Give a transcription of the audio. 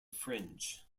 fringe